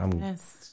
yes